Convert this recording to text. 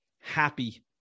happy